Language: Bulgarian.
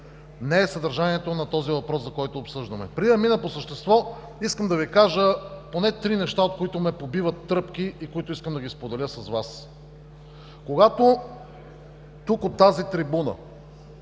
не е съдържанието на този въпрос, който обсъждаме. Преди да преминем по същество, искам да Ви кажа поне три неща, от които ме побиват тръпки и които искам да споделя с Вас. Когато тук, от тази трибуна,